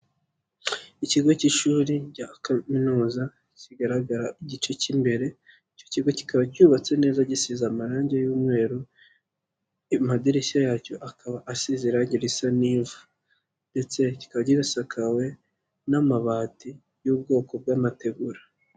Ikigo cy'ishuri rya kaminuza, kigaragara igice cy'imbere, icyo kigo kikaba cyubatse neza gisize amarangi y'umweru, amadirishya yacyo akaba asize irangi risa n'ivu ndetse kikaba gisakawe n'amabati y'ubwoko bw'amategura.